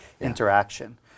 interaction